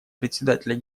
председателя